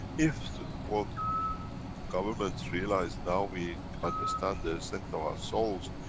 if the world governments realize now we understand the strength of our souls,